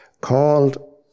called